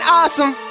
awesome